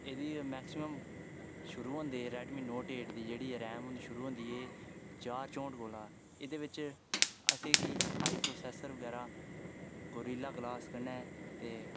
एह्दी मैक्सिमम शुरू होंदे रेड मी नोट एट दी जेह्ड़ी रैम होंदी शुरू होंदी एह् चार चौंह्ठ कोला एह्दे बिच असेंगी हाई प्रोसेसर बगैरा गोरिल्ला गलास कन्नै ते